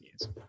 years